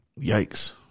Yikes